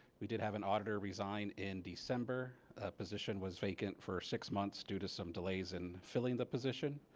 we did have an auditor resign in december a position was vacant for six months due to some delays in filling the position.